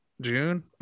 june